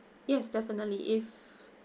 yes definitely if